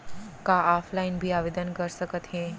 का ऑफलाइन भी आवदेन कर सकत हे?